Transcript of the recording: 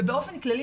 ובאופן כללי,